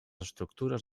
estructures